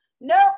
Nope